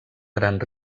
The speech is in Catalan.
gran